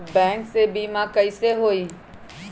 Bank से बिमा कईसे होई?